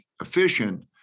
efficient